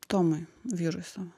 tomui vyrui savo